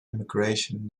immigration